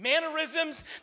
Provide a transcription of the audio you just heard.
mannerisms